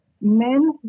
men